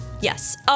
Yes